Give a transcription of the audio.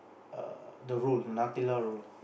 err the roll the Nutella roll